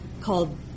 called